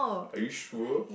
are you sure